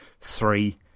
three